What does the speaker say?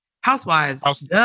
Housewives